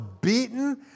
beaten